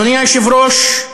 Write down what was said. אדוני היושב-ראש,